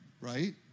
right